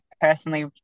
personally